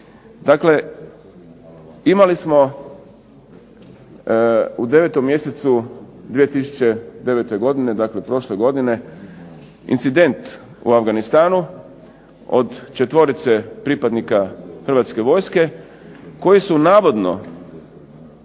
Dakle, imali smo u 9. mjesecu 2009. godine, dakle prošle godine incident u Afganistanu od četvorice pripadnika Hrvatske vojske koji su navodno